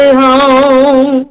home